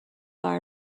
bar